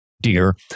dear